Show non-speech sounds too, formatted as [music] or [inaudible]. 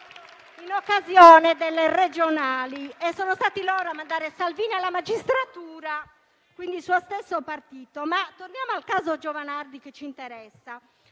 in occasione delle elezioni regionali. [applause] Sono stati loro a mandare Salvini alla magistratura, quindi il suo stesso partito. Ma torniamo al caso Giovanardi che ci interessa.